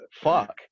fuck